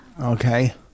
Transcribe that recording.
Okay